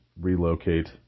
relocate